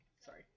sorry